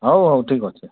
ହଉ ହଉ ଠିକ୍ ଅଛେ